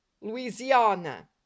Louisiana